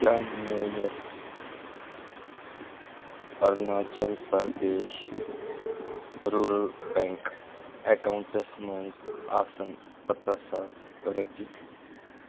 کیٛاہ میٲنِس Arunachal Pradesh rural bank accounts منٛز آسن پَنژاہ ساس رۄپیہِ؟